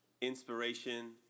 inspiration